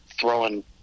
Throwing